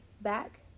back